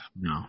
No